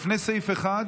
לפני סעיף 1